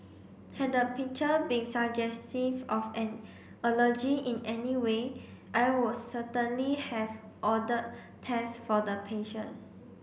had the picture been suggestive of an allergy in any way I would certainly have ordered test for the patient